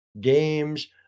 games